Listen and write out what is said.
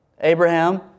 Abraham